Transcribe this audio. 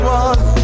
one